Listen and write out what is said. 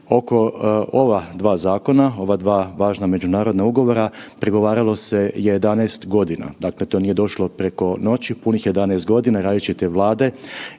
Oko ova dva zakona, ova dva važna međunarodna ugovora pregovaralo se 11.g., dakle to nije došlo preko noći, punih 11.g. različite Vlade